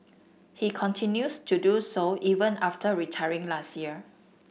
he continues to do so even after retiring last year